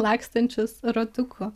lakstančius ratuku